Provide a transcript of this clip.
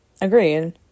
Agreed